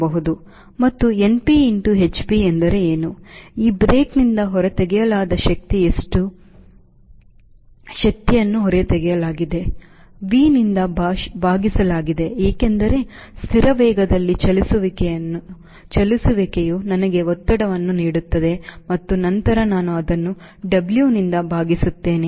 ಮತ್ತು np into hp ಎಂದರೆ ಏನು ಈ ಬ್ರೇಕ್ನಿಂದ ಹೊರತೆಗೆಯಲಾದ ಶಕ್ತಿ ಎಷ್ಟು ಶಕ್ತಿಯನ್ನು ಹೊರತೆಗೆಯಲಾಗಿದೆ V ನಿಂದ ಭಾಗಿಸಲಾಗಿದೆ ಏಕೆಂದರೆ ಸ್ಥಿರ ವೇಗದಲ್ಲಿ ಚಲಿಸುವಿಕೆಯು ನನಗೆ ಒತ್ತಡವನ್ನು ನೀಡುತ್ತದೆ ಮತ್ತು ನಂತರ ನಾನು ಅದನ್ನು W ನಿಂದ ಭಾಗಿಸುತ್ತೇನೆ